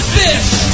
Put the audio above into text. fish